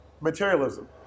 materialism